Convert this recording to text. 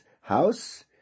house